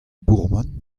bourmen